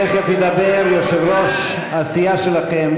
תכף ידבר יושב-ראש הסיעה שלכם,